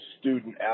student